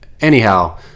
Anyhow